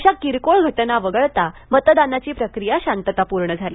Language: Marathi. अशा किरकोळ घटना वगळता मतदानाची प्रक्रिया शांततापूर्ण झाली